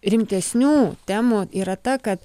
rimtesnių temų yra ta kad